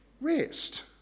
rest